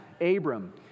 Abram